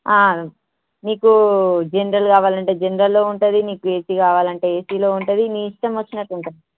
మీకు జనరల్ కావాలంటే జనరల్లో ఉంటుంది నీకు ఏసీ కావాలంటే ఏసీలో ఉంటుంది నీ ఇష్టం వచ్చినట్టు ఉంటుంది